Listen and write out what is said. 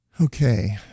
Okay